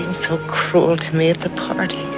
so cruel to me at the party